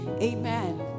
Amen